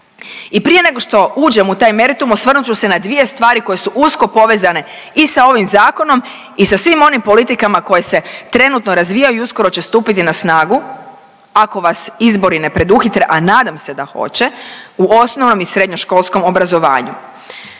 I prije nego što uđem u taj meritum, osvrnut ću se na dvije stvari koje su usko povezane i sa ovim zakonom i sa svim onim politikama koje se trenutno razvijaju i uskoro će stupiti na snagu ako vas izbori ne preduhitre, a nadam se da hoće u osnovnom i srednjoškolskom obrazovanju.